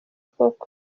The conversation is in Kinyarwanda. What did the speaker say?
koko